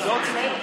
להצבעה.